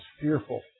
fearful